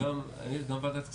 כי גם וועדת הכספים,